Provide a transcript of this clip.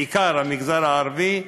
בעיקר המגזר הערבי,